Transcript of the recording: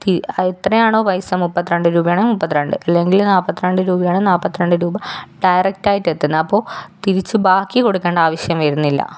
തീ അത് എത്രയാണോ പൈസ മുപ്പത്തി രണ്ട് രൂപയാണേ മുപ്പത്തി രണ്ട് അല്ലെങ്കിൽ നാൽപ്പത്തി രണ്ട് രൂപയാണേ നാൽപ്പത്തി രണ്ട് രൂപ ഡയറക്ട്ടായിട്ട് എത്തുന്നു അപ്പോൾ തിരിച്ച് ബാക്കി കൊടുക്കേണ്ട ആവശ്യം വരുന്നില്ല